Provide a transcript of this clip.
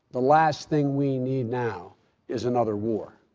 the last thing we need now is another war.